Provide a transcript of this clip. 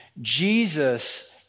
Jesus